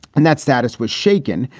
and that status was shaken.